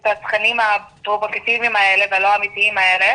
את התכנים הפרובוקטיביים האלה והלא אמיתיים האלה